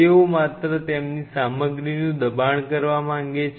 તેઓ માત્ર તેમની સામગ્રીનું દબાણ કરવા માગે છે